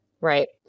Right